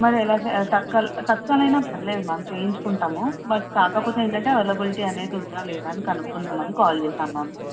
మరి ఎలా తత్కాల్ తత్కాలైనా పర్లేదు మ్యామ్ చేయించుకుంటాము బట్ కాకపోతే ఏంటంటే అవైలబిలిటీ అనేది ఉందా లేదా అని కనుక్కుందామని కాల్ చేశాను మ్యామ్